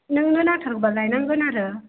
नोंनो नांथारगौबा लायनांगोन आरो